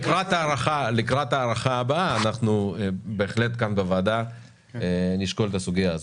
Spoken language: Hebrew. לקראת ההארכה הבאה אנחנו בהחלט גם בוועדה נשקול את הסוגיה הזאת.